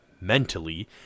mentally